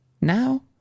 now